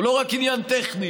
הוא לא רק עניין טכני,